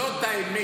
זאת האמת.